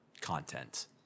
content